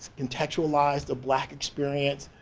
contextualize the black experience